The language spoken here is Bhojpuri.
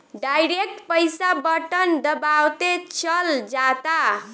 डायरेक्ट पईसा बटन दबावते चल जाता